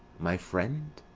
my friend?